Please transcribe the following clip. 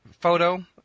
photo